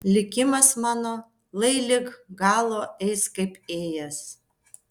likimas mano lai lig galo eis kaip ėjęs